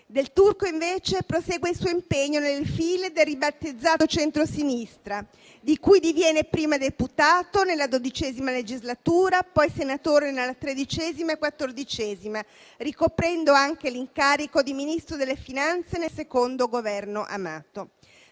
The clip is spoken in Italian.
Del Turco, invece, prosegue il suo impegno nelle file del ribattezzato centrosinistra, di cui diviene prima deputato nella XII legislatura, poi senatore nella XIII e XIV, ricoprendo anche l'incarico di Ministro delle finanze nel secondo Governo Amato.